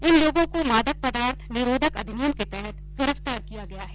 इन लोगों को मादक पदार्थ निरोधक अधिनियम के तहत गिरफ्तार किया गया है